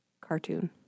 cartoon